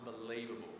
unbelievable